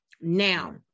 Now